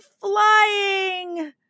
flying